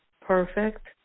perfect